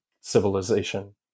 civilization